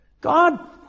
God